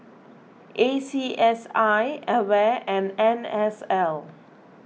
A C S I Aware and N S L